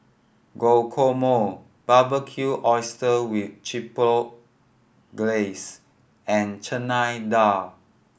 Guacamole Barbecued Oyster with Chipotle Glaze and Chana Dal